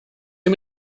too